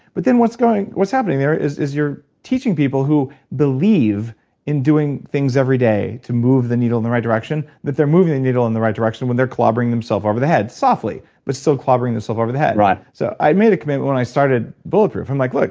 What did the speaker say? but then what's happening there is is you're teaching people who believe in doing things every day to move the needle in the right direction, that they're moving the needle in the right direction when they're clobbering themself over the head. softly, but still clobbering themself over the head right so i made a commitment when i started bulletproof. i'm like, look,